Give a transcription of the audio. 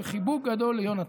חיבוק גדול ליונתן.